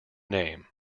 name